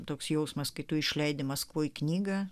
toks jausmas kai tu išleidi maskvoje knygą